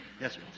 Yes